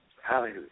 Hallelujah